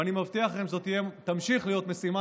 ואני מבטיח לכם שזו תמשיך להיות משימה